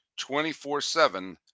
24-7